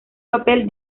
papel